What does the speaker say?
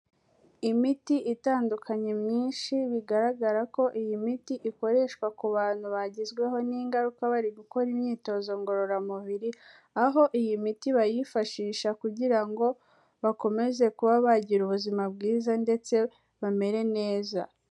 Imiti itandukanye myinshi, bigaragara ko iyi miti ikoreshwa ku bantu bagezweho n'ingaruka bari gukora imyitozo ngororamubiri, aho iyi miti bayifashisha kugira ngo bakomeze kuba bagira ubuzima bwiza ndetse bamere neza.